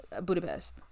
budapest